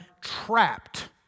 trapped